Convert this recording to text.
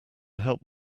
help